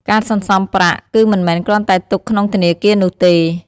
ការសន្សំប្រាក់ គឺមិនមែនគ្រាន់តែទុកក្នុងធនាគារនោះទេ។